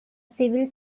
civil